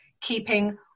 keeping